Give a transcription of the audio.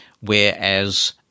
whereas